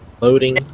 loading